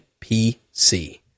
PC